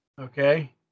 Okay